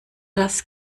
das